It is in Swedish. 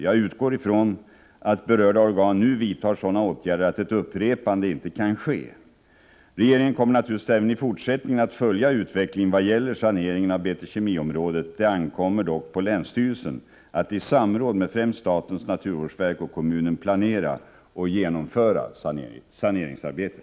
Jag utgår från att berörda organ nu vidtar sådana åtgärder att ett upprepande inte kan ske. Regeringen kommer naturligtvis även i fortsättningen att följa utvecklingen vad gäller saneringen av BT-Kemiområdet. Det ankommer dock på länsstyrelsen att i samråd med främst statens naturvårdsverk och kommunen planera och genomföra saneringsarbetet.